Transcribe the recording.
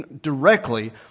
directly